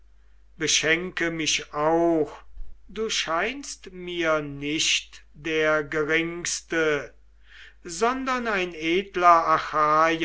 beschenke mich auch du scheinst mir nicht der geringste sondern ein edler